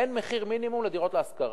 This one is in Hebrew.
אין מחיר מינימום לדירות להשכרה.